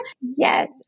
Yes